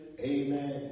amen